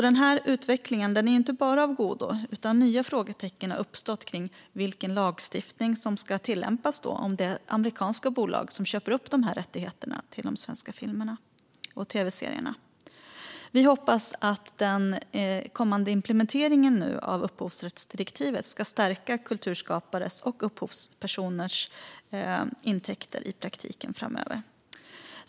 Denna utveckling är inte bara av godo, utan nya frågetecken har uppstått kring vilken lagstiftning som ska tillämpas om amerikanska bolag köper upp rättigheterna till de svenska filmerna och tvserierna. Vi hoppas att den kommande implementeringen av upphovsrättsdirektivet ska stärka kulturskapares och upphovspersoners intäkter i praktiken framöver.